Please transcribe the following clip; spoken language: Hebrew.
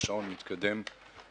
והשעון מתקדם,